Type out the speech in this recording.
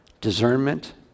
discernment